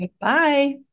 Bye